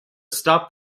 stop